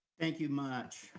thank you much,